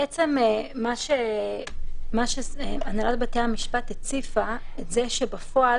בעצם, מה שהנהלת בתי המשפט הציפה הנשיאים